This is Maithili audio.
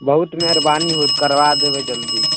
बहुत मेहरबानी होएत करबा देबै जल्दी